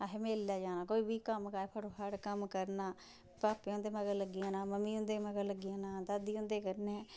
असें मेलै जाना कोई बी कम्म काज़ फटो फट कम्म करना भापे हुंदे मगर लग्गी जाना म्मी हुंदे मगर लग्गी जाना दादी हुंदे कन्ने